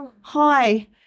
hi